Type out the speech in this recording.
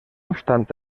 obstant